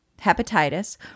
hepatitis